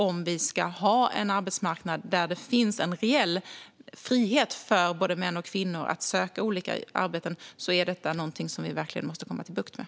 Om vi ska ha en arbetsmarknad där det finns en reell frihet för både män och kvinnor att söka olika arbeten är detta någonting som vi verkligen måste få bukt med.